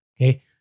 Okay